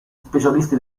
specialisti